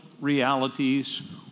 realities